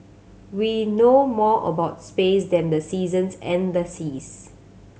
we know more about space than the seasons and the seas